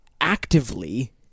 actively